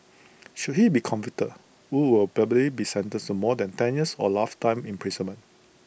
should he be convicted wu will probably be sentenced to more than ten years or lifetime imprisonment